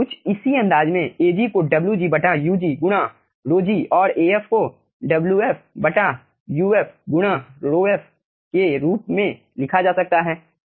कुछ इसी अंदाज में Ag को Wg बटा Ug गुणा ρg और Af को Wf बटा Uf गुणा ρf के रूप में लिखा जा सकता है